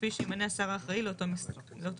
כפי שימנה השר האחראי לאותו משרד.